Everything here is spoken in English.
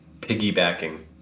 piggybacking